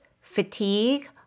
fatigue